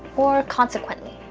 or consequently.